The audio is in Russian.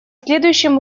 следующем